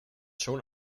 schon